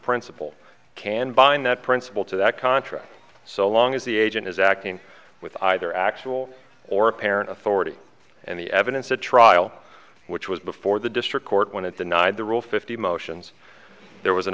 principal can bind that principle to that contract so long as the agent is acting with either actual or apparent authority and the evidence at trial which was before the district court when it denied the rule fifty motions there was an